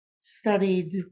studied